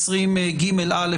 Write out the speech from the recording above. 220ה(א) ל-220ג(א),